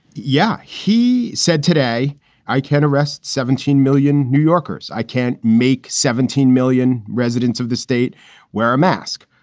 yeah. he said today i can arrest seventeen million new yorkers. i can't make seventeen million residents of the state wear a mask.